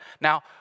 Now